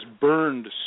burned